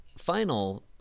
final